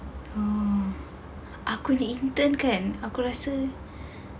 oh aku di intern kan aku rasa